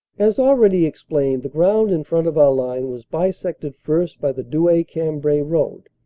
as already explained, the ground in front of our line was bisected first by the douai-cambrai road,